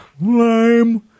lame